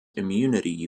immunity